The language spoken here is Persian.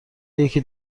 یکی